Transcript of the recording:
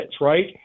right